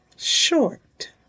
Short